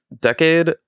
decade